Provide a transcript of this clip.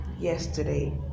yesterday